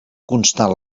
constar